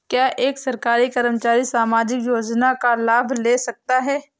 क्या एक सरकारी कर्मचारी सामाजिक योजना का लाभ ले सकता है?